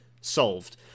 solved